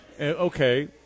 Okay